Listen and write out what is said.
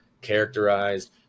characterized